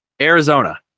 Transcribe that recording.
Arizona